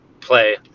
play